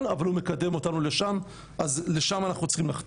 איפשר לי להצליח ברמה האישית לאחר השירות הצבאי.